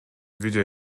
видео